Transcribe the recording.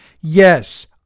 Yes